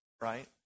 right